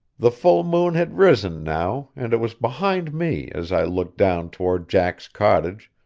the full moon had risen now, and it was behind me as i looked down toward jack's cottage,